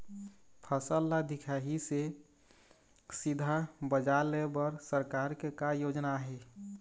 फसल ला दिखाही से सीधा बजार लेय बर सरकार के का योजना आहे?